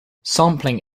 sampling